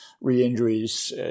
re-injuries